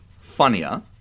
Funnier